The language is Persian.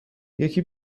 یکی